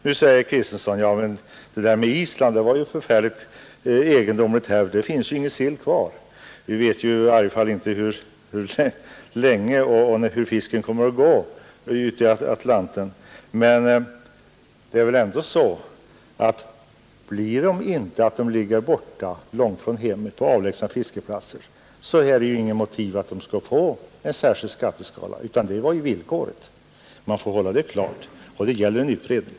Nu säger herr Kristenson att det där med Island var förfärligt egendomligt, där finns ju ingen sill kvar. Men vi vet i varje fall inte hur länge det är så och hur fisken kommer att gå ute i Atlanten, och om inte fiskarna ligger borta långt från hemmet på avlägsna fiskeplatser så finns det inget motiv för att de skall få en särskild skatteskala — det är ju villkoret. Man får hålla det klart, och det gäller en utredning.